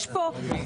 יש פה אמירות,